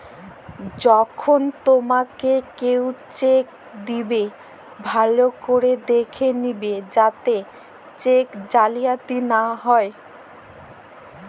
যখল তুমাকে কেও চ্যাক দিবেক ভাল্য ক্যরে দ্যাখে লিবে যাতে চ্যাক জালিয়াতি লা হ্যয়